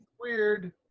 weird